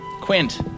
Quint